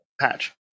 Patch